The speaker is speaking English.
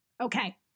Okay